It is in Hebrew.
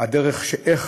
הדרך של,